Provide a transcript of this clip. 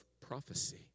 prophecy